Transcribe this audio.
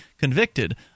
convicted